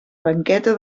banqueta